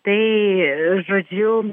tai žodžiu